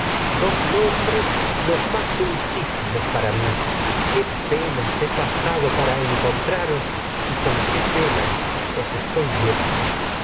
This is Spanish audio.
dos nombres los para más dulcísimos para mí qué penas he pasado encontraros edipo y con qué pena os estoy viendo